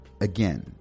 again